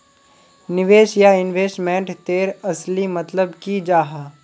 निवेश या इन्वेस्टमेंट तेर असली मतलब की जाहा?